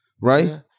right